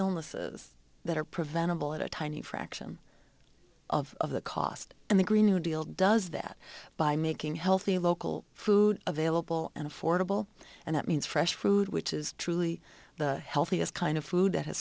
illnesses that are preventable at a tiny fraction of the cost and the green new deal does that by making healthy local food available and affordable and that means fresh food which is truly the healthiest kind of food that has